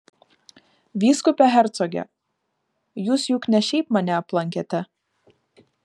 vyskupe hercoge jūs juk ne šiaip mane aplankėte